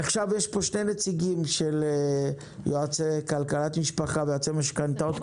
יש פה שני נציגים של יועצי כלכלת משפחה ויועצי משכנתאות,